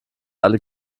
alle